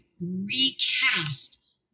recast